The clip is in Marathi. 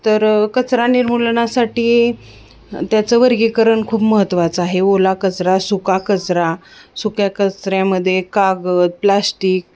तर कचरा निर्मूलनासाठी त्याचं वर्गीकरण खूप महत्त्वाचं आहे ओला कचरा सुका कचरा सुक्या कचऱ्यामध्ये कागद प्लाॅस्टिक